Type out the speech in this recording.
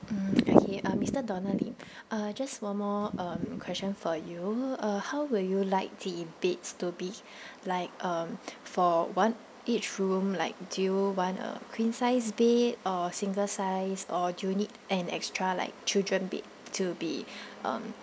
mm okay uh mister donald lim uh just one more um question for you uh how will you like the beds to be like um for one each room like do you want a queen size bed or single size or do you need an extra like children bed to be um